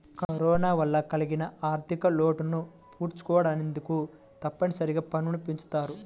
corona వల్ల కలిగిన ఆర్ధికలోటును పూడ్చుకొనేందుకు తప్పనిసరిగా పన్నులు పెంచుతారు